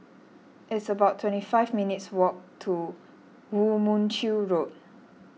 it's about twenty five minutes' walk to Woo Mon Chew Road